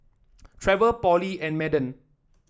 Trevor Polly and Madden